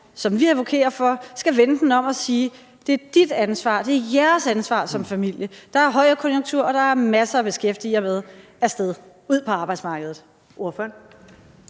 som vi advokerer for, skal vende det om og sige: Det er dit ansvar; det er jeres ansvar som familie; der er højkonjunktur, og der er masser at beskæftige sig med – afsted, ud på arbejdsmarkedet.